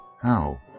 How